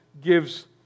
gives